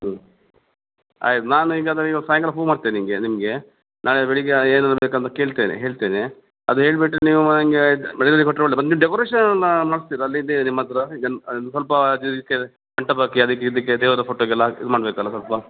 ಹ್ಞೂ ಆಯ್ತು ನಾನು ಈಗ ಸಾಯಂಕಾಲ ಫು ಮಾಡ್ತೇನೆ ನಿನಗೆ ನಿಮಗೆ ನಾಳೆ ಬೆಳಗ್ಗೆ ಏನೆಲ್ಲ ಬೇಕಂತ ಕೇಳ್ತೇನೆ ಹೇಳ್ತೇನೆ ಅದು ಹೇಳಿಬಿಟ್ಟು ನೀವು ನನಗೆ ಬೆಳಗ್ಗೆನೇ ಕೊಟ್ಟರೆ ಒಳ್ಳೆಯ ಡೆಕೋರೇಷನ ಮಾಡಿಸ್ತೀರಾ ಅಲ್ಲಿ ಇದೆಯಾ ನಿಮ್ಮ ಹತ್ರ ಜನ ಅದು ಸ್ವಲ್ಪ ಅದಕ್ಕೆ ಮಂಟಪಕ್ಕೆ ಅದಕ್ಕೆ ಇದಕ್ಕೆ ದೇವರ ಪೋಟೋಗೆಲ್ಲ ಹಾಕಿ ಇದು ಮಾಡ್ಬೇಕಲ್ಲ ಸ್ವಲ್ಪ